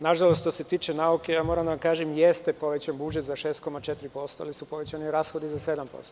Nažalost, što se tiče nauke moram da vam kažem da jeste povećan budžet za 6,4%, ali su povećani rashodi za 7%